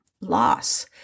loss